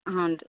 ಹಾಂ ರೀ